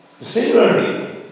Similarly